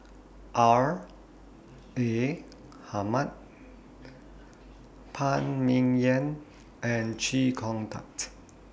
R A Hamid Phan Ming Yen and Chee Kong Tet